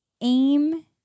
aim